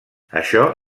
això